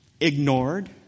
ignored